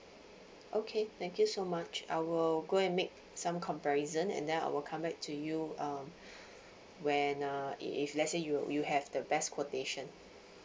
okay thank you so much I will go and make some comparison and then I will come back to you um when uh if if let say you you have the best quotation